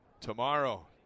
tomorrow